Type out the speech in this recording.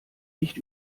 nicht